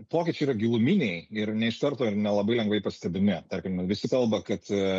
pokyčiai yra giluminiai ir ne iš karto ir nelabai lengvai pastebimi tarkim visi kalba kad